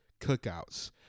cookouts